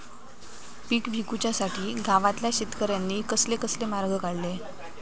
पीक विकुच्यासाठी गावातल्या शेतकऱ्यांनी कसले कसले मार्ग काढले?